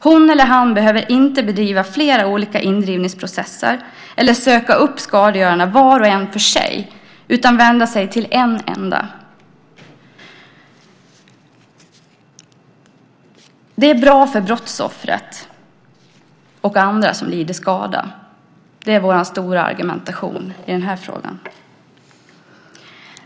Hon eller han behöver inte bedriva flera olika indrivningsprocesser eller söka upp skadegörarna var och en för sig, utan kan vända sig till en enda. Det är bra för brottsoffret och andra som lider skada. Det är vårt stora argument i frågan.